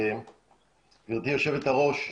גבירתי יושבת-הראש,